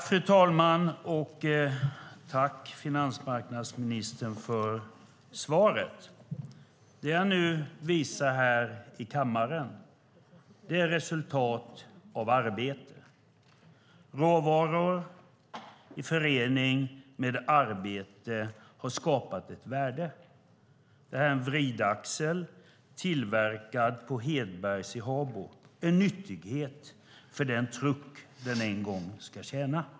Fru talman! Jag tackar finansmarknadsministern för svaret. Det jag nu visar här i kammaren är en vridaxel. Den är ett resultat av arbete. Råvaror i förening med arbete har skapat ett värde. Vridaxeln är tillverkad på Hedbergs i Habo och är en nyttighet för den truck den en gång ska tjäna.